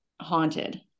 haunted